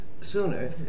sooner